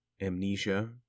amnesia